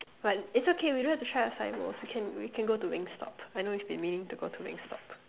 but it's okay we don't have to try acai-bowls we can we can go to wing stop I know you've been meaning to go to wing stop